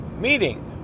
meeting